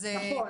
נכון.